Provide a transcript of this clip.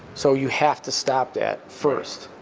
so you have to stop that first.